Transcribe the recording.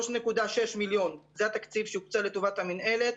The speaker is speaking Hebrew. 3.6 מיליון, זה התקציב שהוקצה לטובת המנהלת.